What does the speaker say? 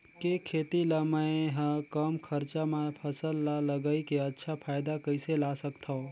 के खेती ला मै ह कम खरचा मा फसल ला लगई के अच्छा फायदा कइसे ला सकथव?